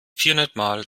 vierhundertmal